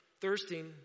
thirsting